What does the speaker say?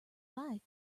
bike